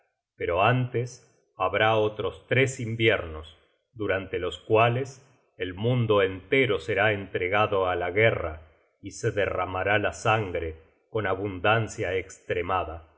pero antes habrá otros tres inviernos durante los cuales el mundo entero será entregado á la guerra y se derramará la sangre con abundancia estremada